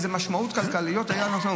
אילו משמעויות כלכליות היו לנו?